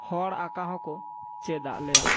ᱦᱚᱲ ᱟᱸᱠᱟ ᱦᱚᱠᱚ ᱪᱮᱫ ᱟᱫ ᱞᱮᱭᱟ